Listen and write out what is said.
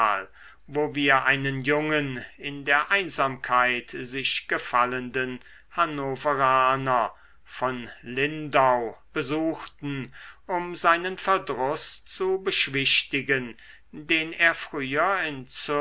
wo wir einen jungen in der einsamkeit sich gefallenden hannoveraner von lindau besuchten um seinen verdruß zu beschwichtigen den er früher